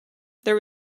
there